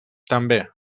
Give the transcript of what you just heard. també